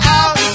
out